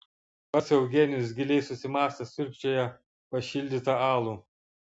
pats eugenijus giliai susimąstęs siurbčioja pašildytą alų